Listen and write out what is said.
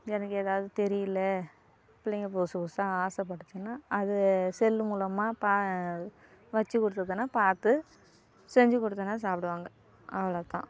எனக்கு எதாவது தெரியல பிள்ளைங்க புதுசு புதுசாக ஆசைப்படுதுனா அது செல் மூலமாக பா வச்சு கொடுத்துதுனா பார்த்து செஞ்சு கொடுத்தேனா சாப்பிடுவாங்க அவ்வளோதான்